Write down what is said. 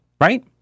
right